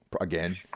again